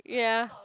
ya